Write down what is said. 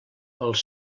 els